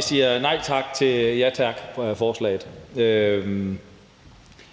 siger nej tak til ja tak-forslaget,